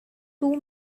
two